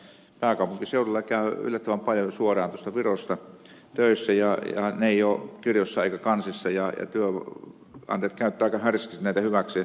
nimittäin pääkaupunkiseudulla käy yllättävän paljon suoraan virosta ihmisiä töissä ja he eivät ole kirjoissa eivätkä kansissa ja työnantajat käyttävät aika härskisti näitä hyväkseen